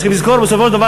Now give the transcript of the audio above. וצריך לזכור בסופו של דבר,